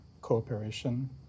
cooperation